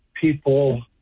people